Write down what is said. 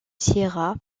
sierra